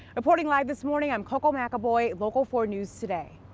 reporting live this morning, i'm koco mcaboy, local four news today.